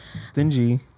Stingy